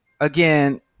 again